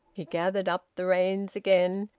he gathered up the reins again,